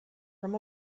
from